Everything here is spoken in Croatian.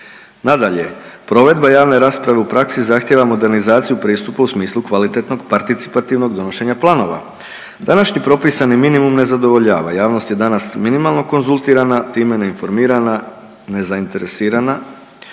Nadalje, provedba javne rasprave u praksi zahtijeva modernizaciju pristupa u smislu kvalitetnog participativnog donošenja planova. Današnji propisani minimum ne zadovoljava. Javnost je danas minimalno konzultirana, time neinformirana, nezainteresirana,